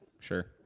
Sure